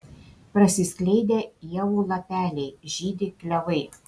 prasiskleidę ievų lapeliai žydi klevai